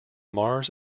mars